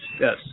yes